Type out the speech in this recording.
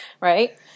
right